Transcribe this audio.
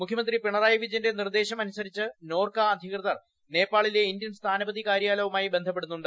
മുഖ്യമന്ത്രി പിണറായി വിജയന്റെ നിർദ്ദേശം അനുസരിച്ച് നോർക്ക അധികൃതർ നേപ്പാളിലെ ഇന്ത്യൻ സ്ഥാനപതി കാര്യലയവുമായി ബന്ധപ്പെടുന്നുണ്ട്